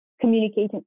communicating